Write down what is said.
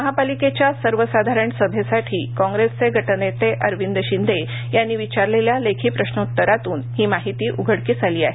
महापालिकेच्या सर्वसाधारण सभेसाठी काँग्रेसचेगटनेतेअरविंद शिंदे यांनी विचारलेल्या लेखीप्रश्रोत्तरांतून ही माहिती उघडकीस आलीआहे